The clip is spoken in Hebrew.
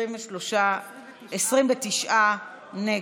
29 נגד.